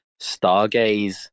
Stargaze